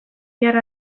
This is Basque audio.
bihar